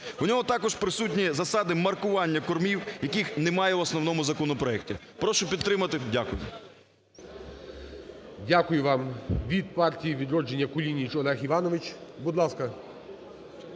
В ньому також присутні засади маркування кормів, яких немає в основному законопроекті. Прошу підтримати. Дякую. ГОЛОВУЮЧИЙ. Дякую вам. Від партії "Відродження" Кулініч Олег Іванович, будь ласка.